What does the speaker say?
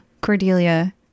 Cordelia